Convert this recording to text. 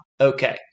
Okay